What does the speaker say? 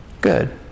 good